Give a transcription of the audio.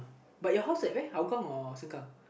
but your house at where Hougang or Sengkang